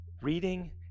reading